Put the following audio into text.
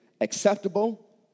acceptable